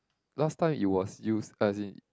last time it was used as in